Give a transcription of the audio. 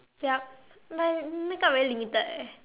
yup my makeup very limited eh